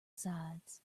sides